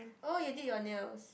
oh you did your nails